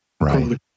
right